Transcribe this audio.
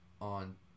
on